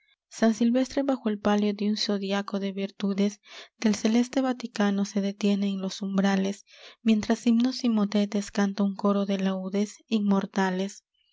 san silvestre bajo el palio de un zodiaco de virtudes del celeste vaticano se detiene en los umbrales mientras himnos y motetes canta un coro de laudes inmortales